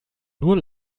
nur